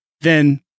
then-